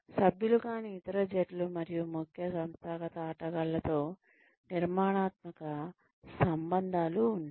సభ్యులు కాని ఇతర జట్లు మరియు ముఖ్య సంస్థాగత ఆటగాళ్లతో నిర్మాణాత్మక సంబంధాలు ఉంటాయి